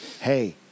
Hey